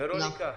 ורוניקה,